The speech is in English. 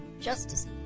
Justice